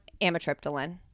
amitriptyline